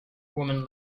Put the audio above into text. women